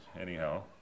Anyhow